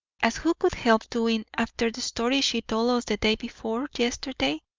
as who could help doing after the story she told us day before yesterday?